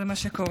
זה מה שקורה.